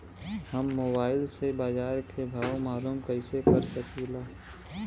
हम मोबाइल से बाजार के भाव मालूम कइसे कर सकीला?